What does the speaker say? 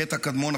החטא הקדמון,